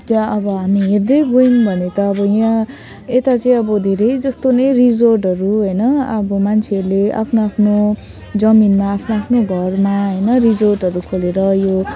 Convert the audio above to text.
जहाँ अब हामी हेर्दै गयौँ भने त यहाँ यता चाहिँ अब धेरै जस्तो नै रिजोर्टहरू होइन अब मान्छेहरूले आफ्नो आफ्नो जमिनमा आफ्नो आफ्नो घरमा रिजोर्टहरू खोलेर यो